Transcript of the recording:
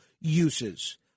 uses